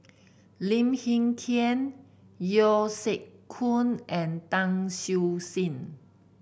Lim Hng Kiang Yeo Siak Goon and Tan Siew Sin